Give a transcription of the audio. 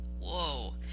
whoa